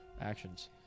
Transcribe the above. actions